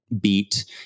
beat